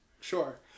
sure